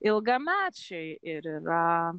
ilgamečiai ir yra